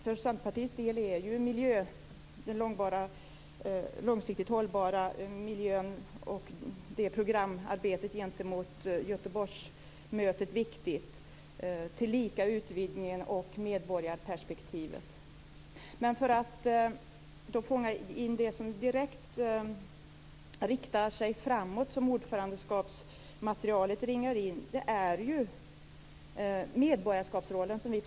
För Centerpartiets del är den långsiktigt hållbara miljön och programarbetet gentemot Göteborgsmötet viktigt, tillika utvidgningen och medborgarperspektivet. Det som direkt riktar sig framåt, dvs. det som ordförandematerialet ringar in, är ju medborgarskapsrollen.